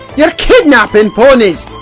you're kidnapping ponies!